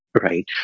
right